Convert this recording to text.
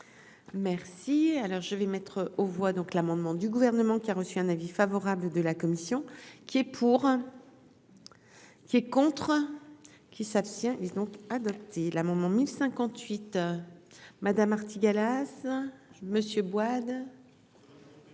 Merci, alors je vais mettre aux voix, donc l'amendement du gouvernement qui a reçu un avis favorable de la commission qui est pour, qui est contre qui s'abstient et donc adopté l'amendement 1058 Madame Artigalas Saint-je monsieur Bois-d'.